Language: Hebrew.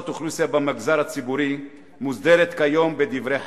אוכלוסייה במגזר הציבורי מוסדרת כיום בדברי חקיקה.